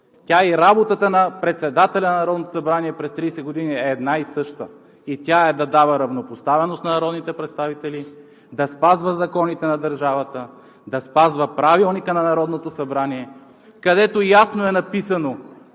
тя и работата на председателя на Народното събрание през 30-те години е една и съща и тя е: да дава равнопоставеност на народните представители, да спазва законите на държавата, да спазва Правилника на Народното събрание, където ясно е написано